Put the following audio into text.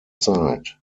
zeit